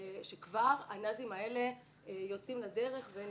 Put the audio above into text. שכבר הנ"זים האלה יוצאים לדרך וניתנים.